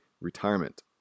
retirement